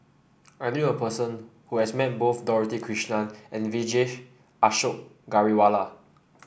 I knew a person who has met both Dorothy Krishnan and Vijesh Ashok Ghariwala